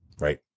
right